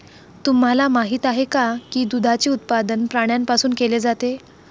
तुम्हाला माहित आहे का की दुधाचे उत्पादन प्राण्यांपासून केले जाते?